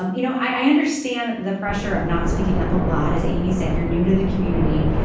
um you know i understand the pressure of not speaking up a lot as amy said you're new to the community.